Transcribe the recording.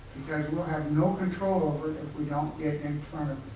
because we'll have no control over it if we don't get in front of